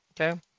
Okay